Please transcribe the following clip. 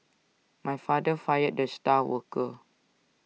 my father fired the star worker